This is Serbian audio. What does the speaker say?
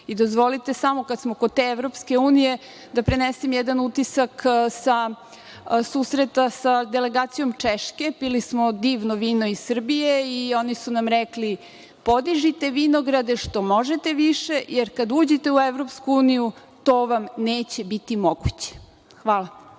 Glamočića. Dozvolite, kada smo kod te EU, da prenesem jedan utisak sa susreta sa delegacijom Češke. Pili smo divno vino iz Srbije i oni su nam rekli – podižite vinograde što možete više, jer kad uđete u EU, to vam neće biti moguće. Hvala.